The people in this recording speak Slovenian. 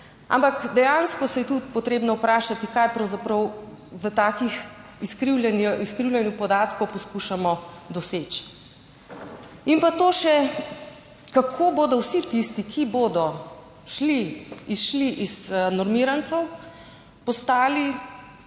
ampak dejansko se je tudi potrebno vprašati, kaj pravzaprav v takih izkrivljanju podatkov poskušamo doseči. In pa to še kako bodo vsi tisti, ki bodo šli izšli iz normirancev, postali